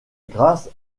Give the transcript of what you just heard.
grâce